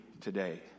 today